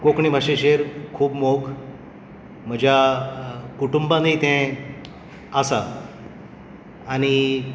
कोंकणी भाशेचेर खूब मोग म्हज्या कुटूंबानूय तें आसा आनी